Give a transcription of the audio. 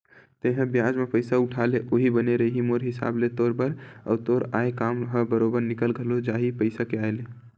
तेंहा बियाज म पइसा उठा ले उहीं बने रइही मोर हिसाब ले तोर बर, अउ तोर आय काम ह बरोबर निकल घलो जाही पइसा के आय ले